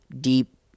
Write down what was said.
deep